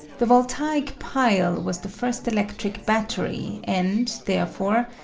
the voltaic pile was the first electric battery, and, therefore,